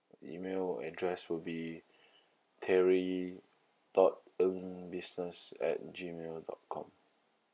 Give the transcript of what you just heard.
email address would be terry dot ng business at gmail dot com